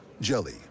Jelly